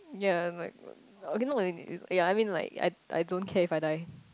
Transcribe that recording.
ya like what okay not ya I mean like I I don't care if I die